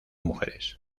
mujeres